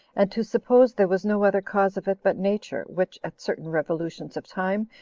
and to suppose there was no other cause of it but nature, which, at certain revolutions of time,